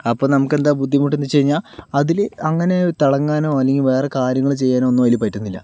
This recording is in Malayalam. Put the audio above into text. അപ്പോൾ നമുക്കെന്താ ബുദ്ധിമുട്ടെന്ന് വെച്ച് കഴിഞ്ഞാൽ അതില് അങ്ങനെ തിളങ്ങാനോ അല്ലെങ്കില് വേറെ കാര്യങ്ങള് ചെയ്യാനോ ഒന്നും അതിൽ പറ്റുന്നില്ല